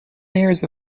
layers